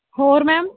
ਹੋਰ ਮੈਮ